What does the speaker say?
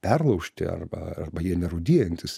perlaužti arba arba jie nerūdijantys